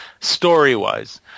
story-wise